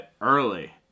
early